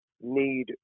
need